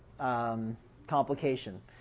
complication